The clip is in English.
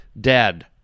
dead